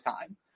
time